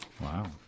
Wow